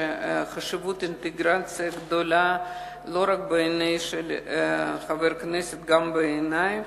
שחשיבות האינטגרציה היא גדולה לא רק בעיני חבר הכנסת אלא גם בעיני,